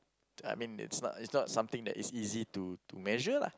I mean it's not it's not something that is easy to to measure lah